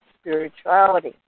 spirituality